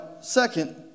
second